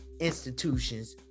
institutions